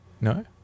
no